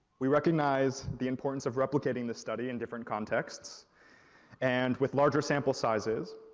we recognize the importance of replicating the study in different contexts and with larger sample sizes.